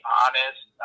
honest